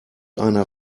einer